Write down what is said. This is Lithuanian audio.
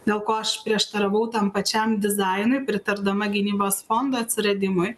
dėl ko aš prieštaravau tam pačiam dizainui pritardama gynybos fondo atsiradimui